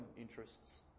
interests